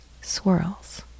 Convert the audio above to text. swirls